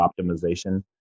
optimization